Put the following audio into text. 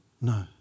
No